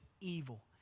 evil